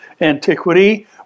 antiquity